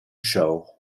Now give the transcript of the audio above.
show